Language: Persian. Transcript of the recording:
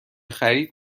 خرید